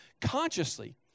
consciously